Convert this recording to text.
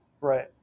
right